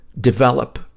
develop